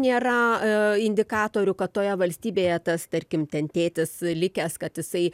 nėra indikatorių kad toje valstybėje tas tarkim ten tėtis likęs kad jisai